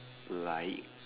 like